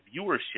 viewership